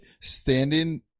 standing